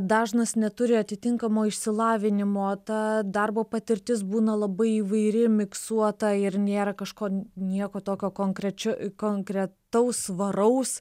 dažnas neturi atitinkamo išsilavinimo ta darbo patirtis būna labai įvairi miksuota ir nėra kažko nieko tokio konkrečiu konkretaus svaraus